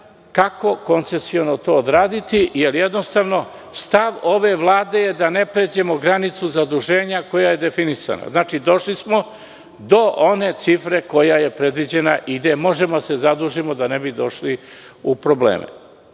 kako koncesiono to odraditi, jer stav ove Vlade je da ne pređemo granicu zaduženja koja je definisana. Došli smo do one cifre koja je predviđena i gde možemo da se zadužimo da ne bi došli u probleme.